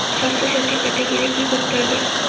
স্বাস্থসাথী পেতে গেলে কি করতে হবে?